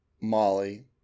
Molly